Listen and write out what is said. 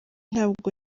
ntabwo